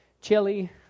chili